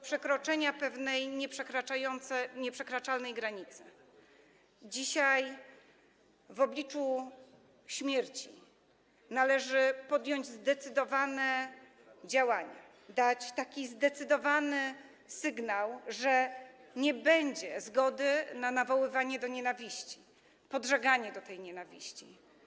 przekroczenia pewnej nieprzekraczalnej granicy, dzisiaj w obliczu śmierci należy podjąć zdecydowane działania, dać zdecydowany sygnał, że nie będzie zgody na nawoływanie do nienawiści, podżeganie do tej nienawiści.